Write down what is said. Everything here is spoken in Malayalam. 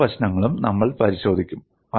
മറ്റ് പ്രശ്നങ്ങളും നമ്മൾ പരിശോധിക്കും